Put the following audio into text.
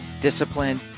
discipline